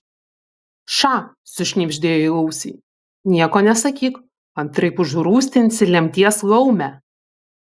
ša sušnibždėjo į ausį nieko nesakyk antraip užrūstinsi lemties laumę